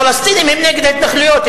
הפלסטינים הם נגד ההתנחלויות.